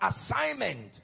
assignment